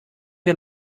wir